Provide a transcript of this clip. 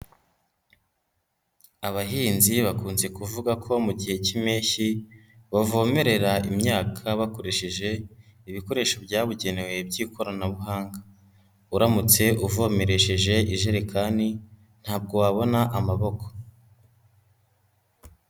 Abahinzi bakunze kuvuga ko mu gihe cy'impeshyi bavomerera imyaka bakoresheje ibikoresho byabugenewe by'ikoranabuhanga. Uramutse uvomeresheje ijerekani ntabwo wabona amaboko.